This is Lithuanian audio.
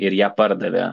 ir ją pardavė